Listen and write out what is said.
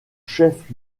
chef